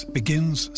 begins